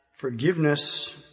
Forgiveness